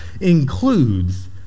includes